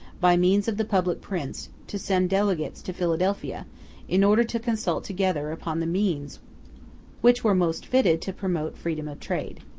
by means of the public prints, to send delegates to philadelphia in order to consult together upon the means which were most fitted to promote freedom of trade.